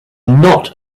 not